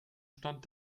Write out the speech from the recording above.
stand